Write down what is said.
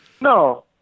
No